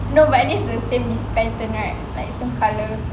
no but at least the same pattern right like same colour